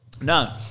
No